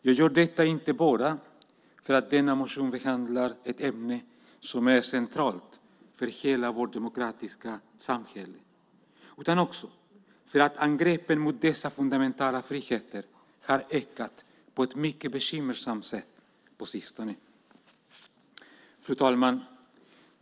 Jag gör detta inte bara för att denna motion behandlar ett ämne som är centralt för hela vårt demokratiska samhälle utan också för att angreppen mot dessa fundamentala friheter har ökat på ett mycket bekymmersamt sätt på sistone. Fru talman!